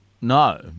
no